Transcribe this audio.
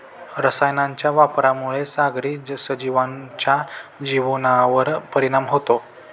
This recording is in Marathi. रसायनांच्या वापरामुळे सागरी सजीवांच्या जीवनावर परिणाम होतो